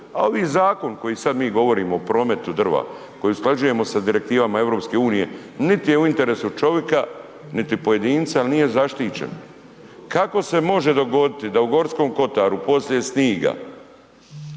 a ovi zakon koji mi sada govorimo o prometu drva, koji usklađujemo sa direktivama EU niti je u interesu čovjeka, niti pojedinca jel nije zaštićen. Kako se može dogoditi da u Gorskom kotaru poslije sniga